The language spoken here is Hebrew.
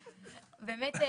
באמת,